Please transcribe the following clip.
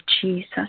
Jesus